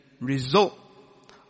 result